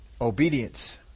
obedience